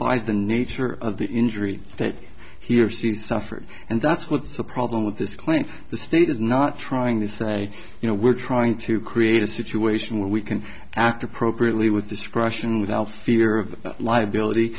by the nature of the injury that he or she suffered and that's what the problem with this claim from the state is not trying to say you know we're trying to create a situation where we can act appropriately with discretion without fear of liability